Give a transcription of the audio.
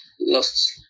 lost